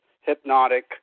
hypnotic